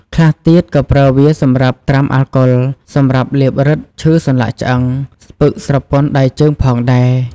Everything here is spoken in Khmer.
ខ្លះទៀត ក៏ប្រើវាសម្រាប់ត្រាំអាល់កុល សម្រាប់លាបរឹត ឈឺសន្លាក់ឆ្អឹង ស្ពឹកស្រពន់ដៃជើងផងដែរ។